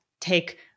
take